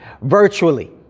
Virtually